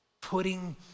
putting